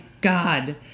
God